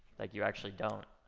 like you actually don't.